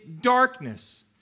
darkness